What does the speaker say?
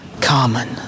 common